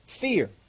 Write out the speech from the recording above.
fear